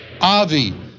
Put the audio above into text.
Avi